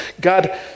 God